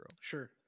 Sure